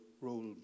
role